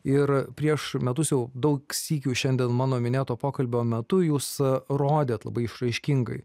ir prieš metus jau daug sykių šiandien mano minėto pokalbio metu jūs rodėt labai išraiškingai